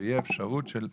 שיהיה אפשרות של תחבורה,